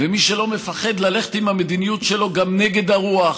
ומי שלא מפחד ללכת עם המדיניות שלו גם נגד הרוח,